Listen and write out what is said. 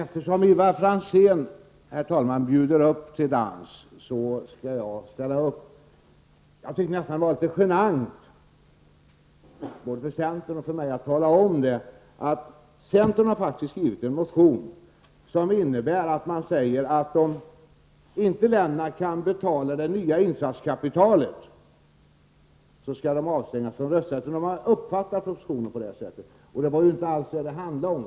Herr talman! Eftersom Ivar Franzén bjuder upp till dans skall jag ställa upp. Jag tycker nästan att det är litet genant både för centern och för mig att tala om att man i centern har skrivit en motion, där man menar att länderna om de inte kan betala det nya insatskapitalet kommer att avstängas från rösträtten. Man har uppfattat propositionen på det sättet, men det är inte alls vad det handlar om.